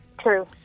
True